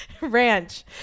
Ranch